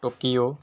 Tokyo